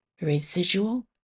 residual